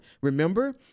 Remember